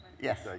Yes